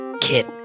Kit